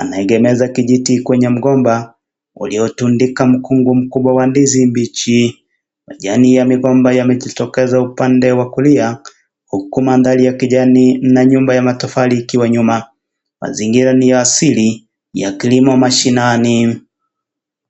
Anaegemeza kijiti kwenye mgomba uliotundika mkungu mkubwa wa ndizi mbichi. Majani ya migomba yamejitokeza upande wa kulia huku mandhari ya kijani na nyumba ya matofali ikiwa nyuma. Mazingira ni ya asili ya kilimo ya mashinani.